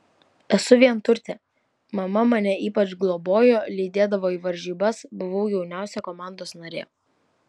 esu vienturtė mama mane ypač globojo lydėdavo į varžybas buvau jauniausia komandos narė